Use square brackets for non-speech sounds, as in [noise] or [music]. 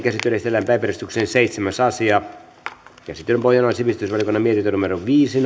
[unintelligible] esitellään päiväjärjestyksen seitsemäs asia käsittelyn pohjana on sivistysvaliokunnan mietintö viisi [unintelligible]